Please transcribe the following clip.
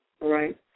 right